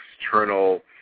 external